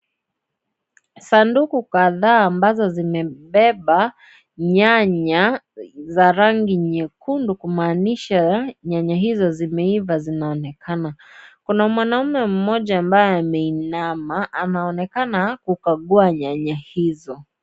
Sanduku kadhaa ambazo zimebeba nyanya, za rangi nyekundu kumaanisha nyanya hizo zimeiva zinaonekana . Kuna mwanaume mmoja ameinama anaonekana kukagua nyanya hizo.